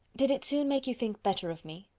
did it soon make you think better of me?